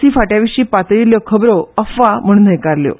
सी फाटयाविशी पातळळीलो खबरो अफवा म्हण न्हयकारल्यो